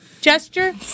gesture